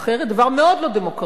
דבר מאוד לא דמוקרטי,